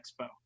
expo